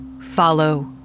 follow